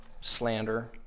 slander